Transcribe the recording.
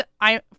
I-